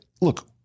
look